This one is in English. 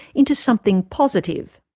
into something positive?